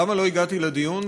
למה לא הגעתי לדיון?